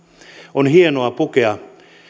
on hienoa pukea